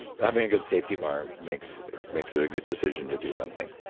and having a good safety bar makes makes it a good decision to do something.